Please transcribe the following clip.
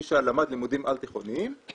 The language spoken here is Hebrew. מי שלמד לימודים על תיכוניים,